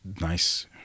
Nice